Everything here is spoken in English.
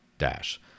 Dash